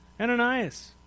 Ananias